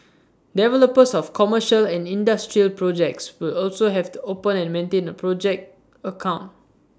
developers of commercial and industrial projects will also have to open and maintain A project account